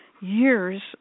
years